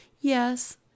Yes